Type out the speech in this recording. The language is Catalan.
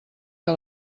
que